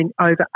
over